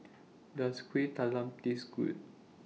Does Kueh Talam Taste Good